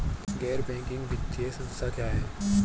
गैर बैंकिंग वित्तीय संस्था क्या है?